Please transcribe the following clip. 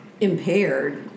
impaired